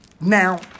Now